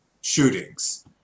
shootings